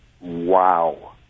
wow